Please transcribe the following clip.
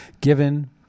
given